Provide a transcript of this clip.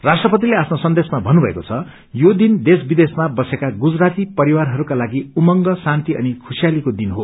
राष्ट्रपतिले आफ्नो सन्देशमा भन्नुभएको छ यो दिन देश विदेशमा रहने गुजराती परिवारहरूका लागि उमंग शान्ति अनि खुशियालीको दनि हो